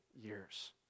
years